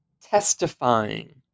testifying